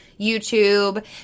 YouTube